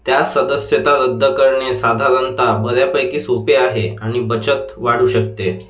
त्यास सदस्यता रद्द करणे साधारणत बर्यापैकी सोपे आहे आणि बचत वाढू शकते